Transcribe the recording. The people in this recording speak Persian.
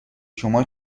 شما